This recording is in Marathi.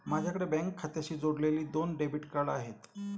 माझ्याकडे बँक खात्याशी जोडलेली दोन डेबिट कार्ड आहेत